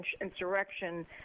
insurrection